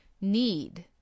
need